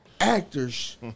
actors